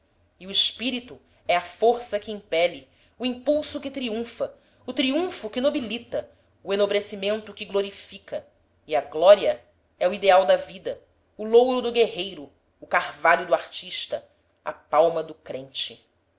e o espírito é a força que impele o impulso que triunfa o triunfo que nobilita o enobrecimento que glorifica e a glória é o ideal da vida o louro do guerreiro o carvalho do artista a palma do crente